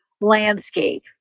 landscape